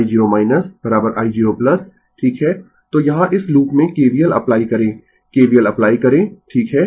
तो यहाँ इस लूप में KVL अप्लाई करें KVL अप्लाई करें ठीक है